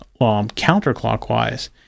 counterclockwise